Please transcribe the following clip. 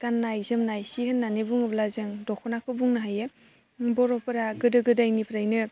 गाननाय जोमनाय सि होननानै बुङोब्ला जों दख'नाखौ बुंनो हायो बर'फोरा गोदो गोदायनिफ्रायनो